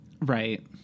Right